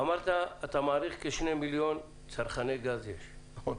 אמרת שאתה מעריך שיש כשני מיליון צרכני גז -- נכון.